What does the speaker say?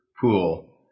pool